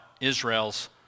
Israel's